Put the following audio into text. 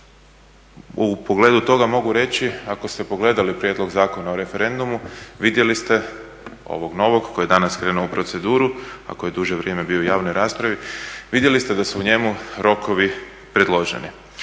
u pogledu toga mogu reći ako ste pogledali prijedlog Zakona o referendumu vidjeli ste, ovog novog koji je danas krenuo u proceduru a koji je duže vrijeme bio u javnoj raspravi, vidjeli ste da su u njemu rokovi predloženi.